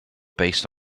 based